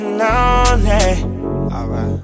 lonely